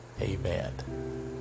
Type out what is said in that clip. Amen